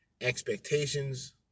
expectations